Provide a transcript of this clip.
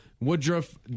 Woodruff